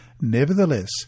Nevertheless